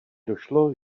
došlo